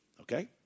Okay